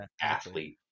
athlete